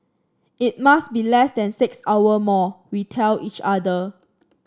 it must be less than six hour more we tell each other